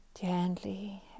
Gently